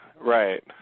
right